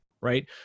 right